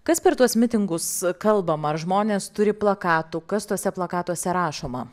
kas per tuos mitingus kalbama ar žmonės turi plakatų kas tuose plakatuose rašoma